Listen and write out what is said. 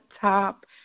top